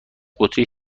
بطری